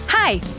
Hi